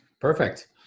Perfect